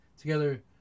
Together